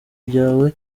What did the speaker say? byawe